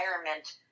environment